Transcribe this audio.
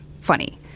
funny